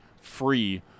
free